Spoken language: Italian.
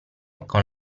con